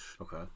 Okay